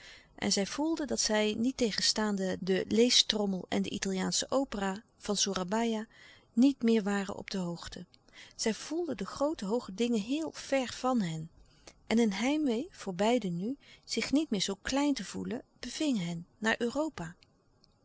en zij voelden dat zij niettegenstaande den leestrommel en de italiaansche opera van soerabaia niet meer waren op de hoogte zij voelden de groote hooge dingen heel ver van hen en een heimwee voor beiden nu zich niet meer zoo klein te voelen beving hen naar europa